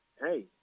Hey